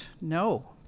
no